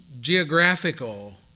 geographical